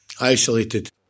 isolated